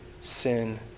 sin